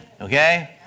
okay